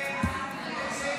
ההצעה